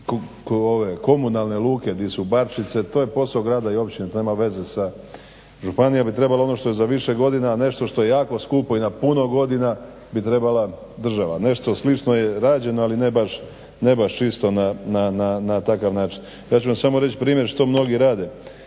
komunalne luke di su bačvice, to je posao grada i općine, to nema veze. Županija bi trebala za više godina nešto što je jako skupo i na puno godina bi trebala država. Nešto slično je rađeno ali ne baš isto na takav način. Ja ću vam samo reć primjer što mnogi rade,